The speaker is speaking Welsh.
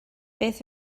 beth